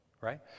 right